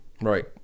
Right